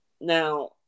now